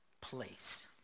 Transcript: place